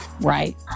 Right